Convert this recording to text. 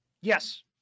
Yes